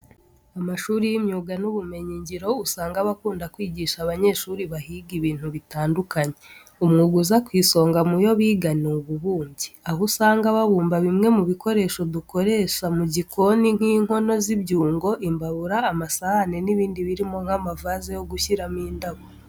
Amashuri y'imyuga n'ubumenyingiro, usanga aba akunda kwigisha abanyeshuri bahiga ibintu bitandukanye. Umwuga uza ku isonga mu yo biga ni ububumbyi. Aho usanga babumba bimwe mu bikoresho dukoresha mu gikoni nk'inkono z'ibyungo, imbabura, amasahane n'ibindi birimo nk'amavaze yo gushyiramo indabo.